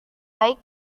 baik